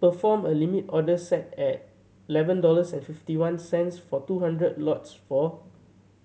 perform a Limit order set at eleven dollars and fifty one cents for two hundred lots for